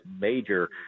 major